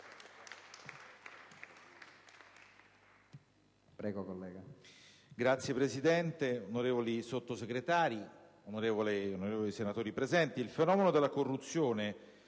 Signor Presidente, signori Sottosegretari, onorevoli senatori presenti, il fenomeno della corruzione,